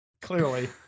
Clearly